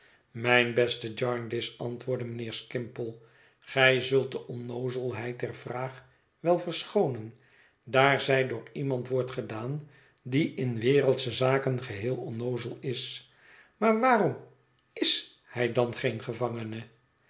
mijn beste jarndyce antwoordde mijnheer skimpole gij zult de onnoozelheid der vraag wel verschoonen daar zij door iemand wordt gedaan die in wereldsche zaken geheel onnoozel is maar waarom is hij dan geen gevangene